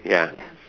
ya